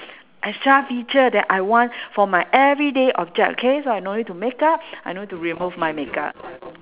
extra feature that I want for my everyday object okay so I no need to makeup I no need to remove my makeup